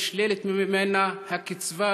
נשללת ממנה הקצבה,